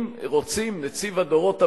אם רוצים נציב לדורות הבאים,